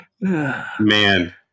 man